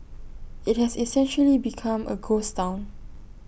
IT has essentially become A ghost Town